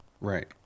Right